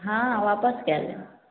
हँ आपस कए लेब